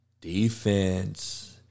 Defense